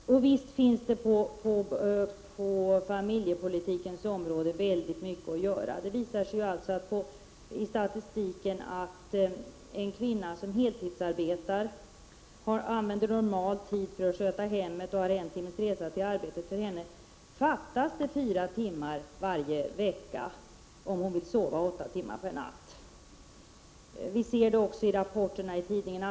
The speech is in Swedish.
Det finns onekligen mycket att göra på familjepolitikens område. Det visar sig i statistiken att för en kvinna som heltidsarbetar, använder normal tid för att sköta hemmet och har en timmes resa till arbetet, fattas det fyra timmar varje vecka om hon vill sova åtta timmar per natt. Vi ser det också i rapporterna i tidningarna.